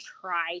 try